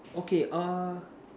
okay uh